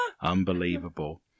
Unbelievable